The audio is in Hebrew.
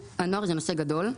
הנוער זה נושא גדול מאוד,